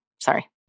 Sorry